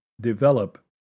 DEVELOP